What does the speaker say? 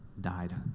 died